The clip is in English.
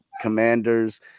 commanders